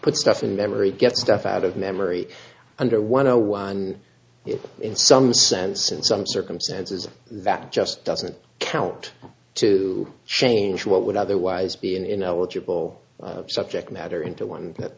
put stuff in memory get stuff out of memory under one o one if in some sense in some circumstances that just doesn't count to change what would otherwise be an ineligible subject matter into one that